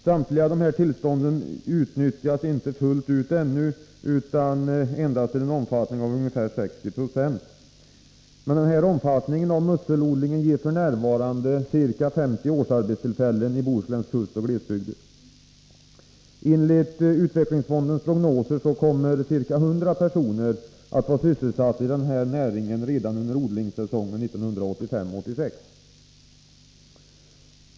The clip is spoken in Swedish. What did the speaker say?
Samtliga tillstånd utnyttjas inte fullt ut ännu utan endast till ca 60 26. Denna omfattning på musselodlingen ger f. n. ca 50 årsarbetstillfällen i Bohusläns kustoch glesbygder. Enligt utvecklingsfondens prognoser kommer ca 100 personer att vara sysselsatta i denna näring redan under odlingssäsongen 1985/86.